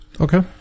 Okay